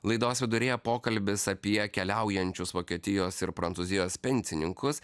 laidos viduryje pokalbis apie keliaujančius vokietijos ir prancūzijos pensininkus